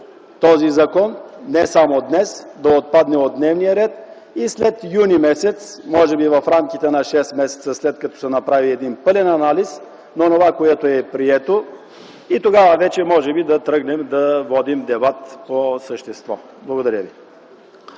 този законопроект, не само от днес, а да отпадне от дневния ред. След м. юни, може би в рамките на 6 месеца, след като се направи един пълен анализ на онова, което е прието, тогава вече може би да тръгнем да водим дебат по същество. Благодаря ви.